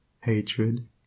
hatred